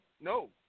no